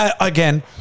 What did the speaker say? Again